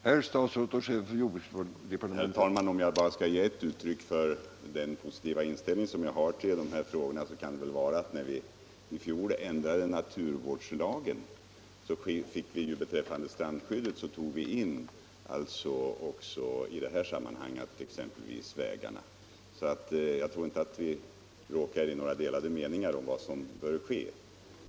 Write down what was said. Herr talman! Om jag bara skall ge ett uttryck för den positiva inställning jag har till de här frågorna kan jag nämna att vi när vi i fjol ändrade naturvårdslagen beträffande strandskyddet tog in också exempelvis vägarna. Jag tror inte att det kommer att föreligga olika meningar om vad som bör ske.